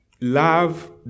love